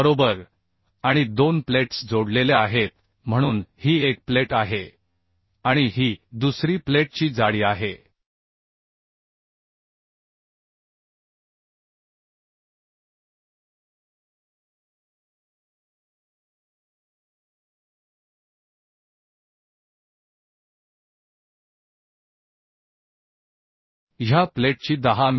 बरोबर दोन प्लेट्स जोडलेल्या आहेत म्हणून ही एक प्लेट आहे आणि ही दुसरी प्लेटची जाडी आहे ह्या प्लेटची 10 मि